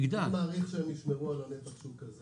אני מעריך שהם ישמרו על נתח השוק הזה.